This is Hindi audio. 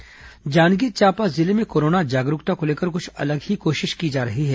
कोरोना जागरूकता जांजगीर चांपा जिले में कोरोना जागरूकता को लेकर कुछ अलग ही कोशिश की जा रही है